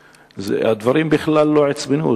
הדברים בכלל לא עצבנו אותי.